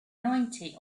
ninety